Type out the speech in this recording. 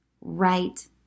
right